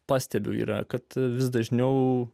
pastebiu yra kad vis dažniau